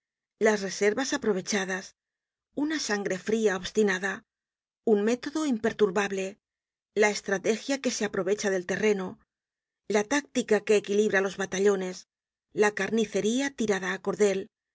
las reservas aprovechadas una sangre fria obstinada un método imperturbable la estrategia que se aprovecha del terreno la táctica que equilibra los batallones la carnicería tirada á cordel